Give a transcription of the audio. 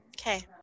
Okay